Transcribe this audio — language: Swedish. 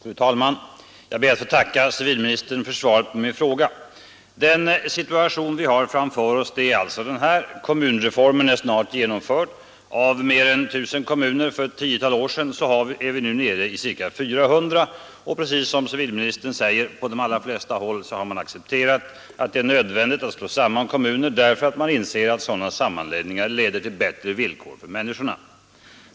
Fru talman! Jag ber att få tacka civilministern för svaret på min fråga. Den situation vi har framför oss är alltså denna: Kommunreformen är snart genomförd. Av mer än 1 000 kommuner för ett tiotal år sedan är vi nu nere i ca 400. Och precis som civilministern säger har man på de allra flesta håll accepterat att det är nödvändigt att slå samman kommuner därför att man inser att sådana sammanläggningar leder till bättre villkor för människorna.